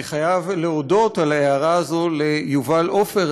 אני חייב להודות על ההערה הזאת ליובל עופר,